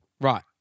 Right